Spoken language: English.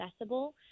accessible